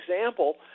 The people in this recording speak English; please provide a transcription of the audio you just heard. example